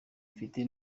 mfite